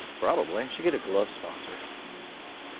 probably. should get a glove sponsor.